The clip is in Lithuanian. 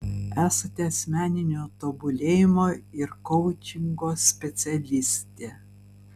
esate asmeninio tobulėjimo ir koučingo specialistė